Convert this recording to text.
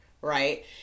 right